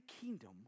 kingdom